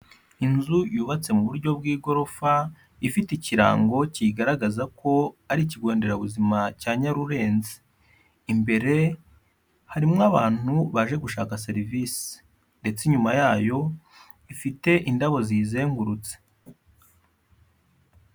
Inzu yubatse mu buryo bw'igorofa, ifite ikirango kigaragaza ko ari ikigo nderabuzima cya Nyarurenzi, imbere harimo abantu baje gushaka serivisi ndetse inyuma yayo ifite indabo ziyizengurutse.